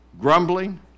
grumbling